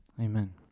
amen